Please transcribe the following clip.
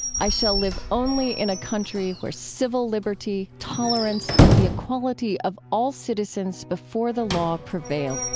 i shall live only in a country where civil liberty, tolerance and the equality of all citizens before the law prevail.